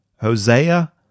Hosea